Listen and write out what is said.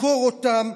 לחקור אותם,